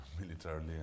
militarily